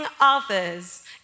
Others